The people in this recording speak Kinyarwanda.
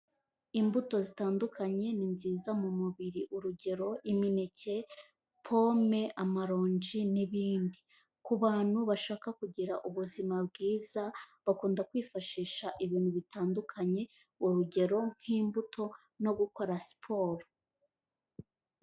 Imbuto zitandukanye ni nziza mu mubiri urugero imineke, pome, amaronji n'ibindi. Ku bantu bashaka kugira ubuzima bwiza bakunda kwifashisha ibintu bitandukanye urugero nk'imbuto no gukora siporo.